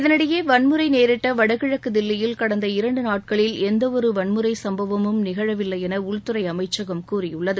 இதனிடையே வன்முறை நேரிட்ட வடகிழக்கு தில்லியில் கடந்த இரண்டு நாட்களில் எந்தவொரு வன்முறை சுப்பவமும் நிகழவில்லை என உள்துறை அமைச்சகம் கூறியுள்ளது